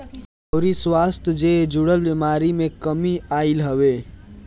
अउरी स्वास्थ्य जे जुड़ल बेमारी में कमी आईल हवे